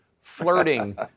flirting